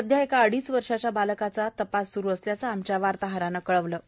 सध्या एका अडीच वर्षाच्या बालकाचा तपास सुरू असल्याचं आमच्या वार्ताहरानं कळवलं आहे